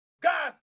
guys